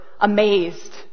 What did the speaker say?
amazed